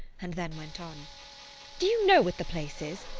and then went on do you know what the place is?